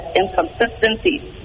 inconsistencies